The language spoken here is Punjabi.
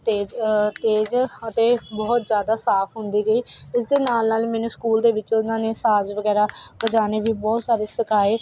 ਤੇਜ਼ ਤੇਜ਼ ਅਤੇ ਬਹੁਤ ਜ਼ਿਆਦਾ ਸਾਫ਼ ਹੁੰਦੀ ਗਈ ਇਸ ਦੇ ਨਾਲ ਨਾਲ ਮੈਨੂੰ ਸਕੂਲ ਦੇ ਵਿੱਚ ਉਹਨਾਂ ਨੇ ਸਾਜ਼ ਵਗੈਰਾ ਵਜਾਉਣੇ ਵੀ ਬਹੁਤ ਸਾਰੇ ਸਿਖਾਏ